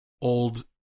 old